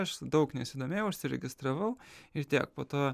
aš daug nesidomėjau užsiregistravau ir tiek po to